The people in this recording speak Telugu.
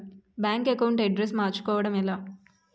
బ్యాంక్ అకౌంట్ అడ్రెస్ మార్చుకోవడం ఎలా?